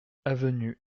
avenue